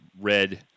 red